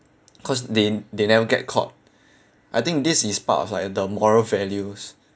cause they they never get caught I think this is part of like the moral values